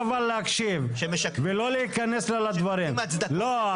כשנותנים הצדקות פה --- לא,